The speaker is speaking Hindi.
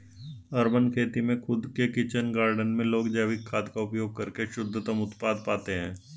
अर्बन खेती में खुद के किचन गार्डन में लोग जैविक खाद का उपयोग करके शुद्धतम उत्पाद पाते हैं